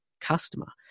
customer